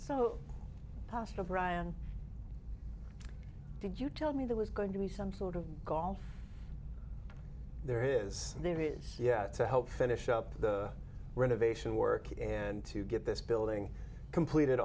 so past of ryan did you tell me there was going to be some sort of golf there is a navy is yet to help finish up the renovation work and to get this building completed